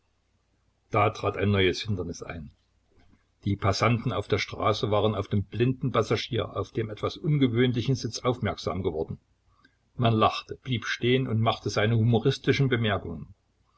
da trat ein neues hindernis ein die passanten auf der straße waren auf den blinden passagier auf dem etwas ungewöhnlichen sitz aufmerksam geworden man lachte blieb stehen und machte seine humoristischen bemerkungen